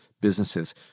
businesses